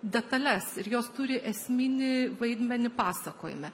detales ir jos turi esminį vaidmenį pasakojime